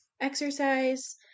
exercise